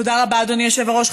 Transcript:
תודה רבה, אדוני היושב-ראש.